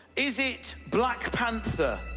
is it black panther?